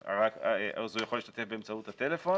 אז הוא יכול להשתתף באמצעות הטלפון.